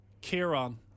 Kieran